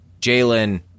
Jalen